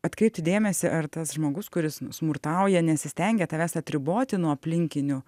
atkreipti dėmesį ar tas žmogus kuris smurtauja nesistengia tavęs atriboti nuo aplinkinių